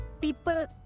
people